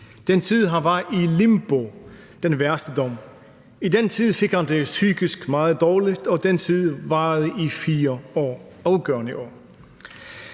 den tid, han var i et limbo – den værste dom. I den tid fik han det psykisk meget dårligt, og den tid varede i 4 afgørende år.